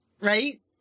right